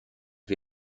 wie